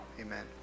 amen